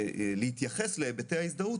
וגם לפי הפרופיל של האנשים.